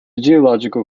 geological